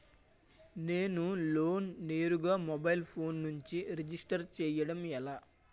నేను లోన్ నేరుగా mobile phone నుంచి రిజిస్టర్ చేయండి ఎలా?